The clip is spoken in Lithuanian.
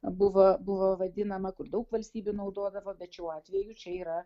buvo buvo vadinama kur daug valstybių naudodavo bet šiuo atveju čia yra